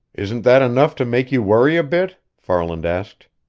isn't that enough to make you worry a bit? farland asked.